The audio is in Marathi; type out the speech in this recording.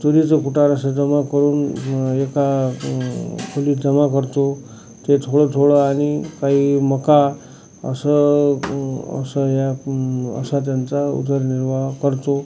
तुरीचं कुटार असं जमा करून एका खोलीत जमा करतो ते थोडं थोडं आणि काही मका असं असं या असं त्यांचा उदरनिर्वाह करतो